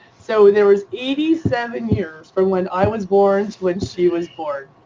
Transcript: so there was eighty seven years from when i was born to when she was born.